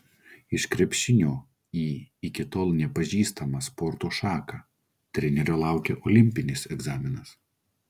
iš krepšinio į iki tol nepažįstamą sporto šaką trenerio laukia olimpinis egzaminas